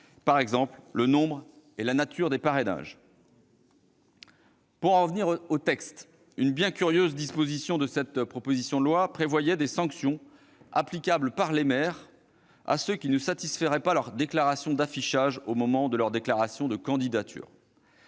comme le nombre et la nature des parrainages. Pour en revenir au texte, une bien curieuse disposition de cette proposition de loi prévoyait des sanctions applicables par les maires à ceux qui ne satisferaient pas à leur déclaration d'affichage au moment de leur déclaration de candidature.